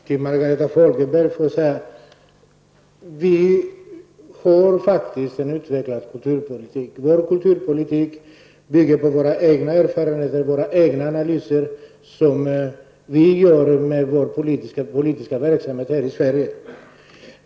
Herr talman! Till Margareta Fogelberg vill jag säga att vi faktiskt har en utvecklad kulturpolitik. Vår kulturpolitik bygger på våra egna erfarenheter, på våra egna analyser av den politiska verksamheten i Sverige.